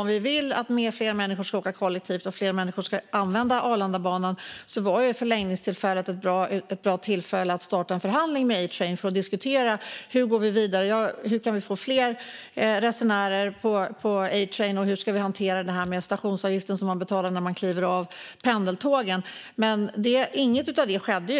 Om vi vill att fler människor ska åka kollektivt och att fler människor ska använda Arlandabanan var förlängningstillfället ett bra tillfälle att starta en förhandling med A-Train för att diskutera hur vi ska gå vidare för att få fler resenärer och hur stationsavgiften som betalas när man kliver av pendeltåget ska hanteras. Inget av detta har skett.